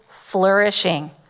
flourishing